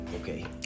okay